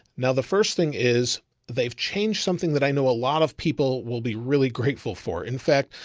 now the first thing is they've changed something that i know a lot of people will be really grateful for. in fact,